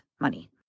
money